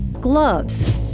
gloves